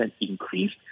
increased